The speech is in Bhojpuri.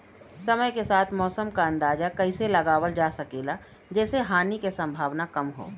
समय के साथ मौसम क अंदाजा कइसे लगावल जा सकेला जेसे हानि के सम्भावना कम हो?